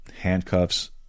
handcuffs